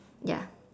ya